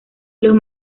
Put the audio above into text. los